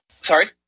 Sorry